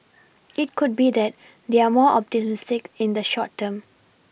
it could be that they're more optimistic in the short term